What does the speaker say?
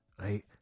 right